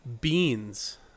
beans